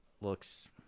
looks